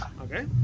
Okay